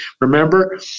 Remember